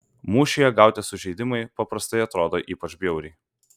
mūšyje gauti sužeidimai paprastai atrodo ypač bjauriai